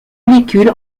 molécule